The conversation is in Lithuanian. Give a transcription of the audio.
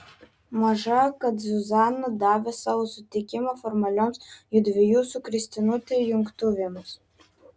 maža kad zuzana davė savo sutikimą formalioms judviejų su kristinute jungtuvėms